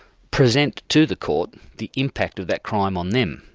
present to the court the impact of that crime on them.